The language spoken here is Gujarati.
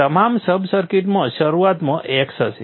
તમામ સબ સર્કિટમાં શરૂઆતમાં x હશે